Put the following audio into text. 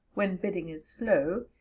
when bidding is slow,